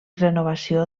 renovació